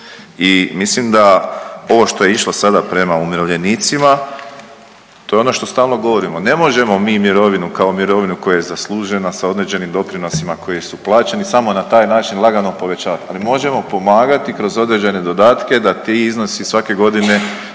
I mislim da ovo što je išlo sada prema umirovljenicima to je ono što stalno govorimo. Ne možemo mi mirovinu kao mirovinu koja je zaslužena sa određenim doprinosima koji su plaćeni samo na taj način lagano povećavati. Ali možemo pomagati kroz određene dodatke da ti iznosi svake godine